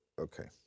Okay